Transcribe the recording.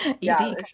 Easy